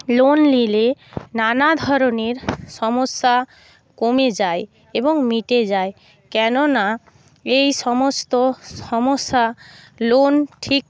loan নিলে নানা ধরনের সমস্যা কমে যায় এবং মিটে যায় কেননা এই সমস্ত সমস্যা লোন ঠিক